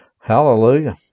Hallelujah